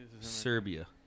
Serbia